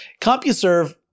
CompuServe